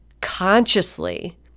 consciously